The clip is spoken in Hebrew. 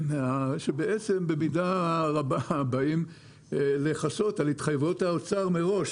שבעצם במידה רבה באים לכסות על התחייבויות האוצר מראש